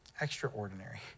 extraordinary